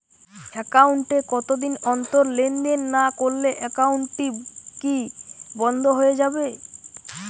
Account এ কতদিন অন্তর লেনদেন না করলে একাউন্টটি কি বন্ধ হয়ে যাবে?